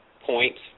points